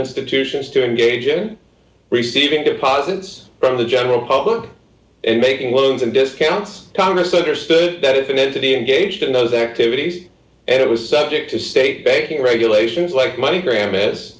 institutions to engage in receiving deposits from the general public and making loans and discounts congress understood that if an entity engaged in those activities and it was subject to state baking regulations like money graeme i